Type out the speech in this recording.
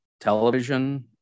television